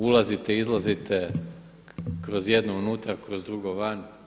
Ulazite, izlazite, kroz jedno unutra, kroz drugo van.